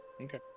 Okay